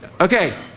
Okay